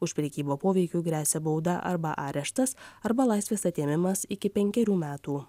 už prekybą poveikiu gresia bauda arba areštas arba laisvės atėmimas iki penkerių metų